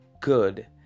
good